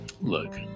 Look